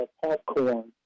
popcorn